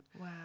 Wow